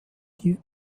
die